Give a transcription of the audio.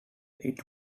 its